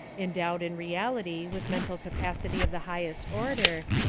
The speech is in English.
endowed in reality with mental capacity of the highest order,